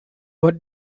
what